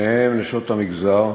וביניהם נשות המגזר,